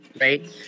Right